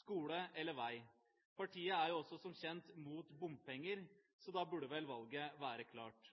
skole eller vei? Partiet er jo som kjent også imot bompenger, så da burde vel valget være klart.